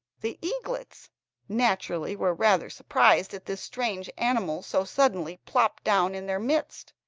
the eaglets naturally were rather surprised at this strange animal, so suddenly popped down in their midst,